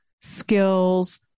skills